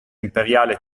imperiale